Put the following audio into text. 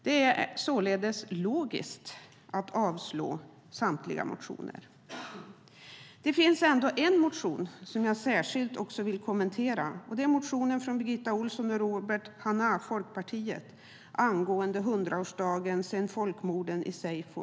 Det är således logiskt att avslå samtliga motioner. Det finns ändå en motion som jag särskilt vill kommentera, nämligen en motion av Birgitta Ohlsson och Robert Hannah från Folkpartiet angående hundraårsdagen av folkmordet seyfo.